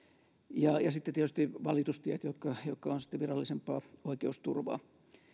ja sitten tietysti valitustiet jotka ovat virallisempaa oikeusturvaa